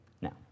Now